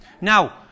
Now